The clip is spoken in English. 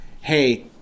hey